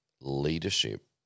leadership